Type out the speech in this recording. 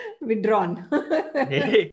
Withdrawn